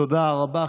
תודה רבה.